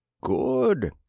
Good